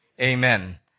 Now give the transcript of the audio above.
Amen